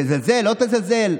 תזלזל, לא תזלזל,